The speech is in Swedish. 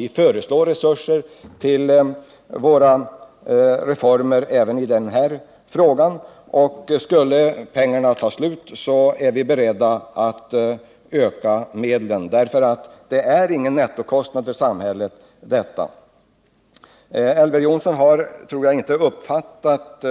Vi föreslår resurser för våra reformer även i den här frågan. Och skulle pengarna ta slut, är vi beredda att ställa ytterligare medel till förfogande. Det innebär som sagt inte någon nettokostnad för samhället. Elver Jonsson har, tror jag, inte uppfattat